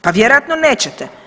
Pa vjerojatno nećete.